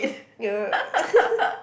ya